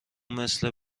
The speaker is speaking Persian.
مثل